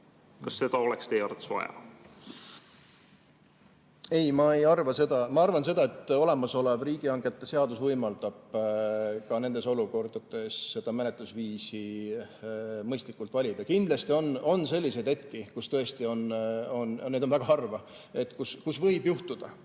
Kas seda oleks teie arvates vaja? Ei, ma ei arva seda. Ma arvan seda, et olemasolev riigihangete seadus võimaldab ka nendes olukordades seda menetlusviisi mõistlikult valida. Kindlasti on selliseid hetki, aga neid on väga harva, kus tõesti võib juhtuda,